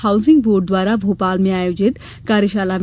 housing board द्वारा भोपाल में आयोजित कार्यशाला में